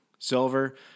silver